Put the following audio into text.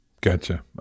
Gotcha